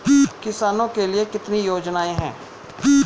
किसानों के लिए कितनी योजनाएं हैं?